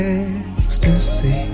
ecstasy